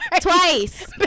Twice